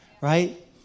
right